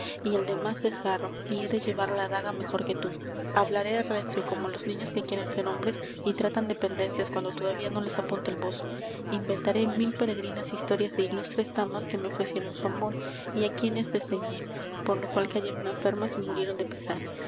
y el de más desgarro y he de llevar la daga mejor que tú hablaré recio como los niños que quieren ser hombres y tratan de pendencias cuando todavía no les apunta el bozo inventaré mil peregrinas historias de ilustres damas que me ofrecieron su amor y á quienes desdeñé por lo cual cayeron enfermas y murieron de pesar